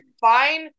fine